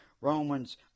Romans